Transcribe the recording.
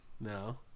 No